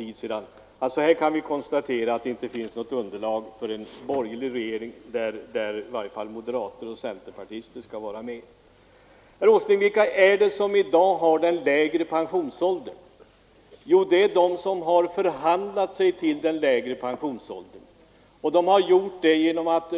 Vi kan alltså konstatera att det inte finns något underlag för en borgerlig regering, åtminstone inte en regering där moderater och centerpartister skall delta och föra en gemensam skattepolitik. Herr Åsling, vilka är det som i dag har den lägre pensionsåldern? Jo, det är de som har förhandlat sig till den. De har gjort det genom att